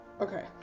Okay